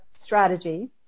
strategy